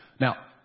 Now